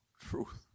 Truth